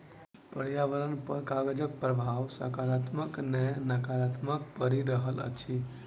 पर्यावरण पर कागजक प्रभाव साकारात्मक नै नाकारात्मक पड़ि रहल अछि